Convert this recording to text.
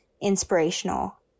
inspirational